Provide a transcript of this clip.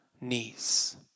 knees